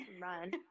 run